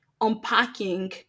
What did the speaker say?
unpacking